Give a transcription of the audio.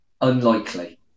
unlikely